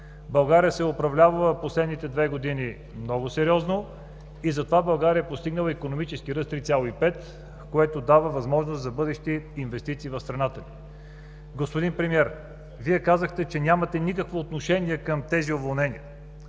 България е управлявана през последните две години много сериозно и затова е постигнала икономическия ръст от 3,5, което дава възможност за бъдещи инвестиции в страната ни. Господин Премиер, Вие казахте, че нямате никакво отношение към уволненията.